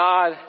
God